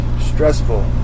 Stressful